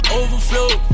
overflow